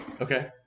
Okay